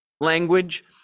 language